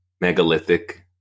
megalithic